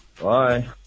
Bye